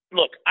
look